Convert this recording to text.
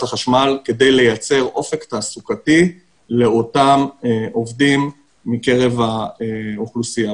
החשמל כדי לייצר אופק תעסוקתי לאותם עובדים מקרב האוכלוסייה.